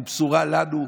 הוא בשורה לנו,